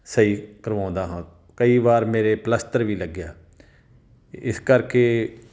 ਸਹੀ ਕਰਵਾਉਂਦਾ ਹਾਂ ਕਈ ਵਾਰ ਮੇਰੇ ਪਲਸਤਰ ਵੀ ਲੱਗਿਆ ਇਸ ਕਰਕੇ